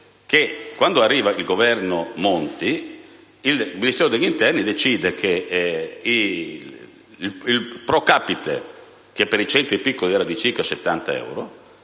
Quando arriva il Governo Monti, il Ministero dell'interno decide che l'importo *pro capite*, che per i centri piccoli era di circa 70 euro,